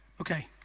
Okay